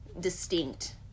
distinct